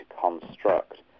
construct